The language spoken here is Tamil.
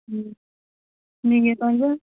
ம் நீங்கள் கொஞ்சம்